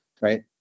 Right